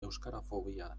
euskarafobia